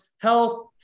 health